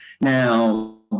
now